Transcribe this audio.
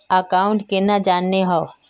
Account केना जाननेहव?